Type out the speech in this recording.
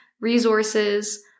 resources